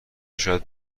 شاید